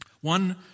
One